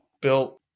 built